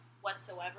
whatsoever